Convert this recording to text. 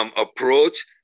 approach